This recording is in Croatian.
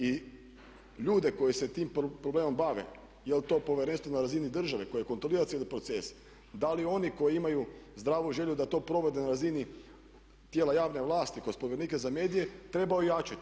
I ljude koji se tim problemom bave, jel' to povjerenstvo na razini države koje kontrolira cijeli proces, da li oni koji imaju zdravu želju da to provedu na razini tijela javne vlasti kroz povjerenika za medije treba ojačati?